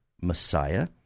Messiah